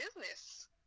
business